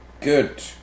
good